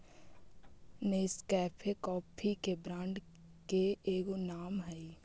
Nescafe coffee के brand के एगो नाम हई